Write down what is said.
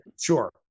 sure